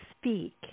speak